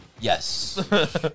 yes